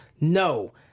No